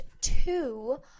two